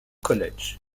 college